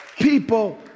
People